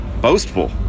boastful